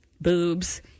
boobs